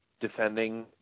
defending